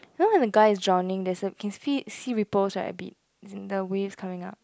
you know when the guy is drowning there's a can see see ripples right a bit as in the waves coming up